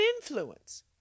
influence